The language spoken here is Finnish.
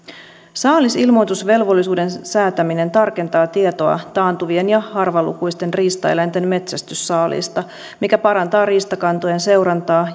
saalisilmoitusvelvollisuuden säätäminen tarkentaa tietoa taantuvien ja harvalukuisten riistaeläinten metsästyssaaliista mikä parantaa riistakantojen seurantaa